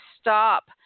stop